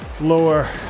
lower